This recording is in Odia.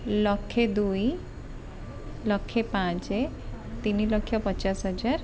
ଲକ୍ଷେ ଦୁଇ ଲକ୍ଷେ ପାଞ୍ଚ ତିନିଲକ୍ଷ ପଚାଶ ହଜାର